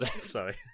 Sorry